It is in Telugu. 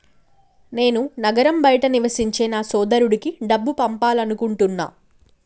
నేను నగరం బయట నివసించే నా సోదరుడికి డబ్బు పంపాలనుకుంటున్నా